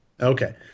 Okay